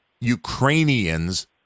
Ukrainians